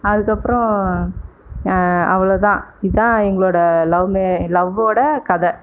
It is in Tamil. அதுக்கப்புறோம் அவ்வளோதான் இதுதான் எங்களோடய லவ் மே லவ்வோடய கதை